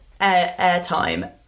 airtime